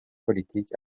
politique